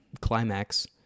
climax